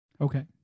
Okay